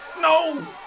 No